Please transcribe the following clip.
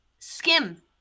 skim